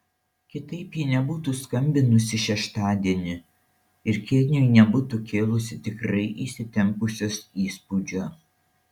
kitaip ji nebūtų skambinusi šeštadienį ir kėniui nebūtų kėlusi tikrai įsitempusios įspūdžio